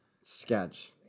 Sketch